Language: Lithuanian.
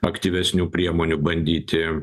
aktyvesnių priemonių bandyti